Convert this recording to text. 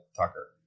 Tucker